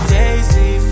daisy